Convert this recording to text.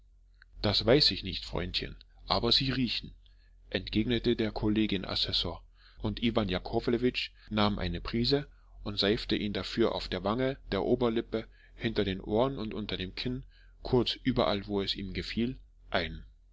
das weiß ich nicht freundchen aber sie riechen entgegnete der kollegien assessor und iwan jakowlewitsch nahm eine prise und seifte ihn dafür auf der wange der oberlippe hinter den ohren und unter dem kinn kurz überall wo es ihm gefiel ein